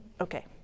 Okay